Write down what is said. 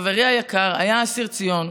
חברי היקר, היה אסיר ציון.